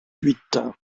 huit